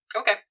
Okay